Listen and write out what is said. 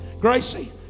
Gracie